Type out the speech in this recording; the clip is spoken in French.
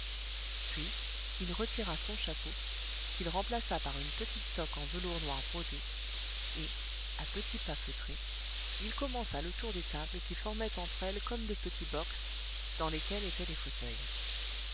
puis il retira son chapeau qu'il remplaça par une petite toque en velours noir brodé et à petits pas feutrés il commença le tour des tables qui formaient entre elles comme de petits box dans lesquels étaient les fauteuils